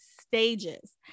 stages